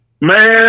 Man